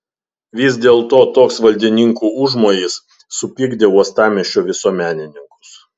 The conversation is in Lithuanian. vis dėlto toks valdininkų užmojis supykdė uostamiesčio visuomenininkus